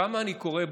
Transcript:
כמה אני קורא,